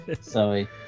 Sorry